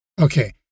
Okay